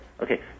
Okay